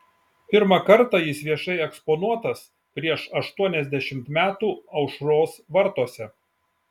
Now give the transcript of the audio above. pirmą kartą jis viešai eksponuotas prieš aštuoniasdešimt metų aušros vartuose